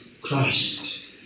Christ